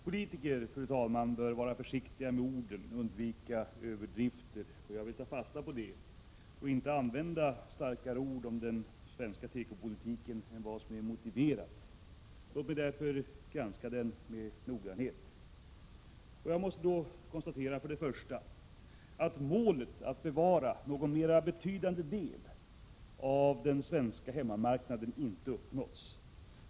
Fru talman! Politiker bör vara försiktiga med orden, undvika överdrifter. Jag vill ta fasta på det och inte använda starkare ord om den svenska tekopolitiken än vad som är motiverat. Låt mig därför granska den med noggrannhet. Jag måste då konstatera följande: 1. Målet att bevara någon mer betydande del av den svenska hemmamarknaden har inte uppnåtts.